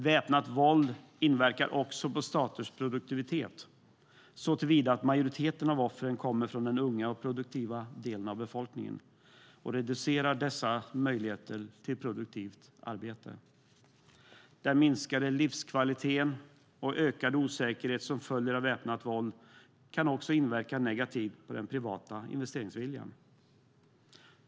Väpnat våld inverkar också på staters produktivitet, såtillvida att majoriteten av offren kommer från den unga och produktiva delen av befolkningen och reducerar dessas möjligheter till produktivt arbete. Den minskade livskvalitet och ökade osäkerhet som följer av väpnat våld kan också inverka negativt på den privata investeringsviljan.